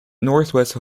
northwest